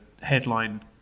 headline